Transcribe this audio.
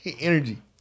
Energy